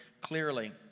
clearly